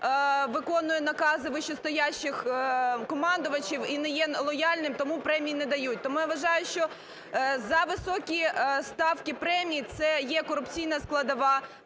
виконує накази вищестоящих командувачів і не є лояльним, тому премій не дають. Тому, я вважаю, що зависокі ставки премій – це є корупційна складова.